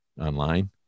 online